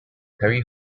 terry